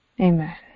Amen